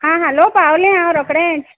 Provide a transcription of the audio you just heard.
हां हां लोव पावलें हांव रोकडेंच